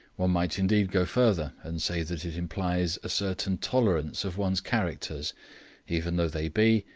one might indeed go further and say that it implies a certain tolerance of one's characters even though they be,